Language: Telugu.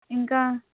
ఇంకా